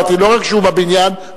עוד אתה מדבר והוא בא.